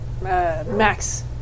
Max